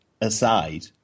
aside